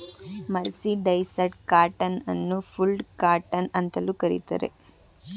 mercerised cotton ಅನ್ನು ಫುಲ್ಡ್ cotton ಅಂತಲೂ ಕರಿತಾರೆ